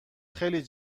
خیلی